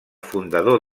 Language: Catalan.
fundador